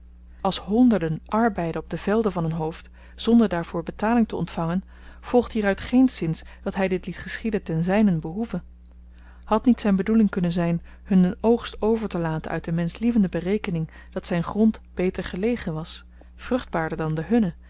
als honderden arbeiden op de velden van een hoofd zonder daarvoor betaling te ontvangen volgt hieruit geenszins dat hy dit liet geschieden ten zynen behoeve had niet zyn bedoeling kunnen zyn hun den oogst overtelaten uit de menschlievende berekening dat zyn grond beter gelegen was vruchtbaarder dan de hunne